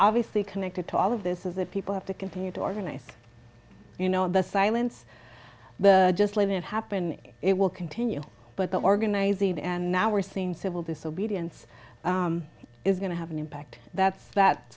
obviously connected to all of this is that people have to continue to organize you know the silence but just let it happen it will continue but the organizing and now we're seeing civil disobedience is going to have an impact that's that